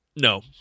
No